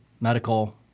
medical